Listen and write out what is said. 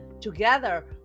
Together